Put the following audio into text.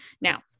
Now